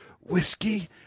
Whiskey